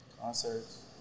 concerts